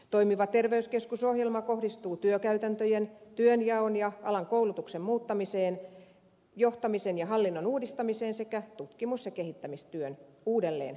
toimiva terveyskeskus ohjelma kohdistuu työkäytäntöjen työnjaon ja alan koulutuksen muuttamiseen johtamisen ja hallinnon uudistamiseen sekä tutkimus ja kehittämistyön uudelleenorganisointiin